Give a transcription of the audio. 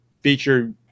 featured